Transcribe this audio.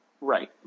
Right